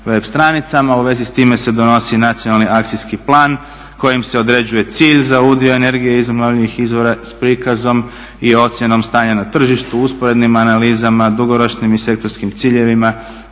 U vezi s time se donosi nacionalni akcijski plan kojim se određuje cilj za udio energije iz obnovljivih izvora s prikazom i ocjenom stanja na tržištu, usporednim analizama, dugoročnim i sektorskim ciljevima,